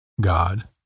God